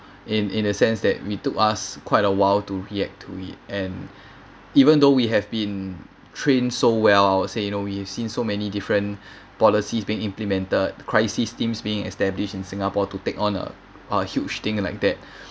in in a sense that we took us quite a while to react to it and even though we have been train so well I would say you know you've seen so many different policies being implemented crisis teams being established in singapore to take on a a huge thing like that